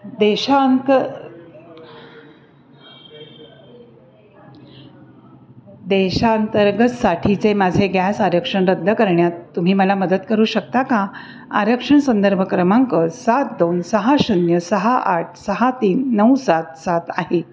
देशांक देशांतर्गतसाठीचे माझे गॅस आरक्षण रद्द करण्यात तुम्ही मला मदत करू शकता का आरक्षण संदर्भ क्रमांक सात दोन सहा शून्य सहा आठ सहा तीन नऊ सात सात आहे